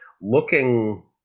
looking